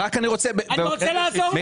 אני רוצה לעזור לך.